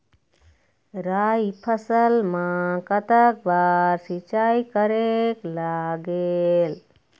राई फसल मा कतक बार सिचाई करेक लागेल?